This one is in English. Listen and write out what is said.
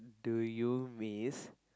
do you miss